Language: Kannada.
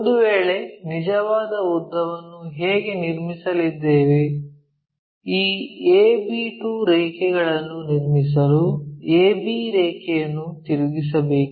ಒಂದು ವೇಳೆ ನಿಜವಾದ ಉದ್ದವನ್ನು ಹೇಗೆ ನಿರ್ಮಿಸಲಿದ್ದೇವೆ ಈ a b2 ರೇಖೆಗಳನ್ನು ನಿರ್ಮಿಸಲು ab ರೇಖೆಯನ್ನು ತಿರುಗಿಸಬೇಕು